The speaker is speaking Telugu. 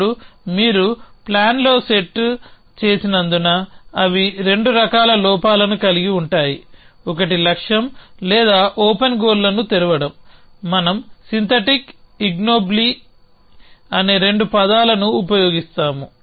ఇప్పుడు మీరు ప్లాన్లో సెట్ చేసినందున అవి రెండు రకాల లోపాలను కలిగి ఉంటాయి ఒకటి లక్ష్యం లేదా ఓపెన్ గోల్లను తెరవడం మనం సింథటిక్ ఇగ్నోబ్లీ అనే రెండు పదాలను ఉపయోగిస్తాము